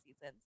seasons